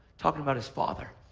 talking about his father.